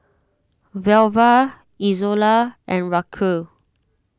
Velva Izola and Raquel